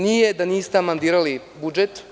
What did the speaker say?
Nije da niste amandirali budžet.